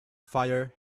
fire